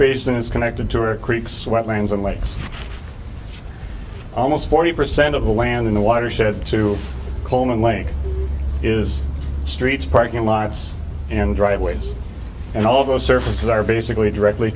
basin is connected to or creeks wetlands and lakes almost forty percent of the land in the water should too coleman link is streets parking lots and driveways and all those surfaces are basically directly